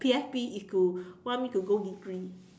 P_S_B is to want me to go degree